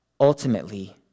ultimately